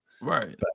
right